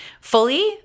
fully